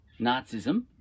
nazism